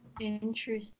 Interesting